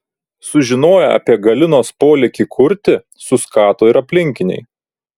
sužinoję apie galinos polėkį kurti suskato ir aplinkiniai